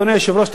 אדוני היושב-ראש,